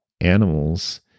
animals